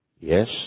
yes